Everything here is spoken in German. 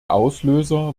auslöser